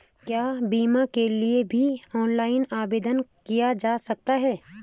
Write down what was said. क्या बीमा के लिए भी ऑनलाइन आवेदन किया जा सकता है?